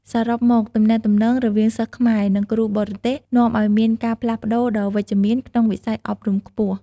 សរុបមក ទំនាក់ទំនងរវាងសិស្សខ្មែរ និងគ្រូបរទេសនាំឲ្យមានការផ្លាស់ប្តូរដ៏វិជ្ជមានក្នុងវិស័យអប់រំខ្ពស់។